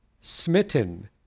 Smitten